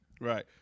Right